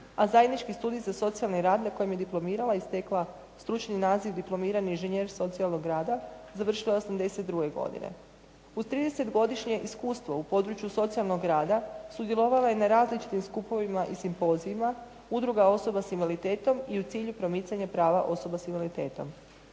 a Zajednički studij za socijalni rad na kojem je diplomirala i stekla stručni naziv diplomirani inženjer socijalnog rada završila je 1982. godine. Uz tridesetgodišnje iskustvo u području socijalnog rada sudjelovala je na različitim skupovima i simpozijima Udruga osoba s invaliditetom i u cilju promicanja prava osoba s invaliditetom.